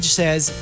says